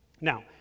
Now